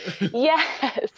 yes